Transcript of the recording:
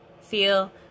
feel